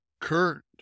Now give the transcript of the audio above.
Kurt